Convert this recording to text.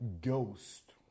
ghost